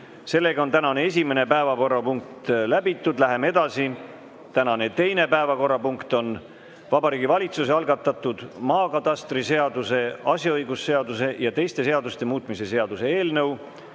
kell 17.15. Tänane esimene päevakorrapunkt on läbitud. Läheme edasi. Tänane teine päevakorrapunkt on Vabariigi Valitsuse algatatud maakatastriseaduse, asjaõigusseaduse ja teiste seaduste muutmise seaduse eelnõu